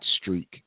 streak